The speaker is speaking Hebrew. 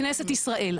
כנסת ישראל,